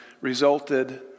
resulted